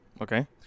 Okay